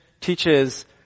teaches